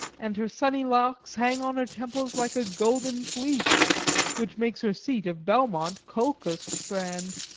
and her sunny locks hang on her temples like a golden fleece which makes her seat of belmont colchos' strond,